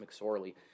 McSorley